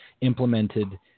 implemented